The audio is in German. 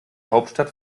hauptstadt